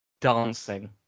dancing